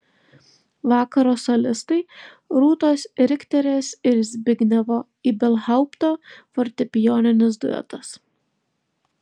vakaro solistai rūtos rikterės ir zbignevo ibelhaupto fortepijoninis duetas